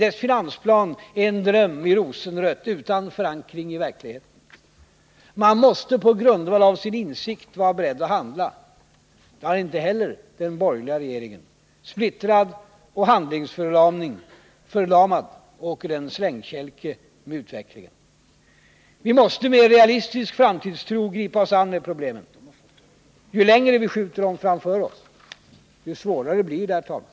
Dess finansplan är en dröm i rosenrött, utan förankring i verkligheten. Man måste på grundval av sin insikt vara beredd att handla. Det är inte heller den borgerliga regeringen. Splittrad och handlingsförlamad åker den slängkälke med utvecklingen. Vi måste med en realistisk framtidstro gripa oss an med problemen. Ju längre vi skjuter dem framför oss, desto svårare blir det. Herr talman!